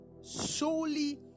solely